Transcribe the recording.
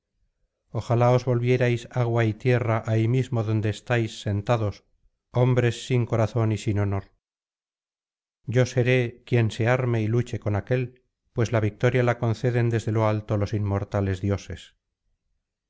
ojalá os volvierais agua y tierra ahí mismo donde estáis sentados hombres sin corazón y sin honor yo seré quien se arme y luche con aquél pues la victoria la conceden desde lo alto los inmortales dioses